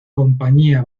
compañía